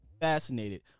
fascinated